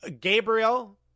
Gabriel